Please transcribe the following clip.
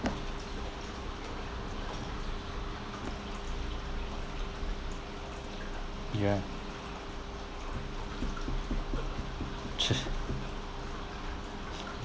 ya